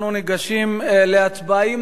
אנחנו ניגשים להצבעה.